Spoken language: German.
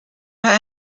bei